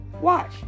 Watch